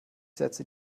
setze